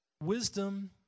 Wisdom